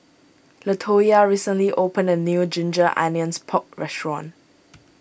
Latoyia recently opened a new Ginger Onions Pork restaurant